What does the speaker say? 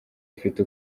afite